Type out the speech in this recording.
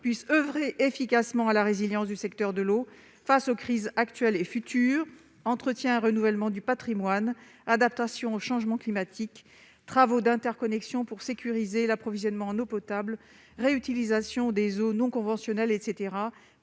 puissent oeuvrer efficacement à la résilience du secteur face aux crises actuelles et futures à travers l'entretien et le renouvellement du patrimoine, l'adaptation au changement climatique, laquelle nécessitera des travaux d'interconnexion pour sécuriser l'approvisionnement en eau potable, la réutilisation des eaux non conventionnelles et